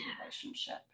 relationship